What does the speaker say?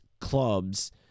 clubs